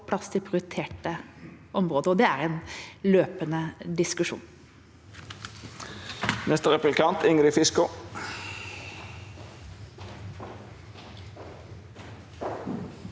plass til prioriterte områder. Det er en løpende diskusjon.